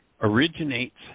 originates